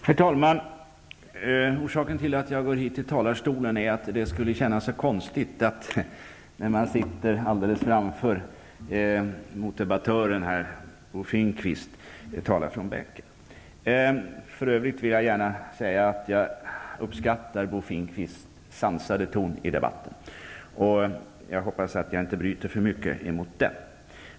Herr talman! Jag uppskattar Bo Finnkvists sansade ton i debatten, och jag hoppas att jag inte bryter av för mycket mot den.